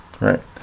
right